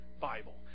Bible